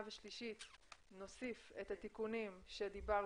ושלישית נוסיף את התיקונים עליהם דיברנו.